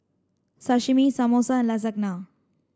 Sashimi Samosa and Lasagna